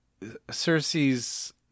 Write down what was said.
Cersei's